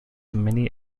many